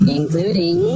Including